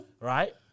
right